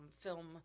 film